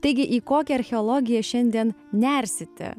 taigi į kokią archeologiją šiandien nersite